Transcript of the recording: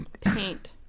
Paint